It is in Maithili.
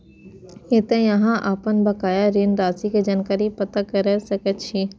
एतय अहां अपन बकाया ऋण राशि के जानकारी पता कैर सकै छी